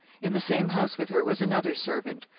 in the same house with her was another servant,